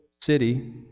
city